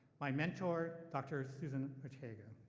my mentor, dr suzanne ortega.